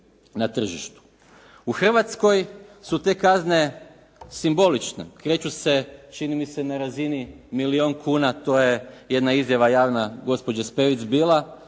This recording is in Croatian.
U Hrvatskoj su te kazne simbolične, kreću se čini mi se na razini milijun kuna, to je jedna izjava javna gospođa Spevec bila.